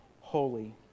holy